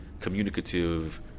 communicative